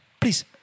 please